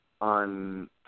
on –